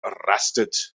arrested